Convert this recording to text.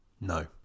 No